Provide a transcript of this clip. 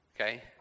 okay